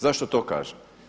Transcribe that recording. Zašto to kažem?